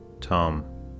Tom